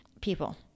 people